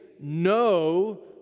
no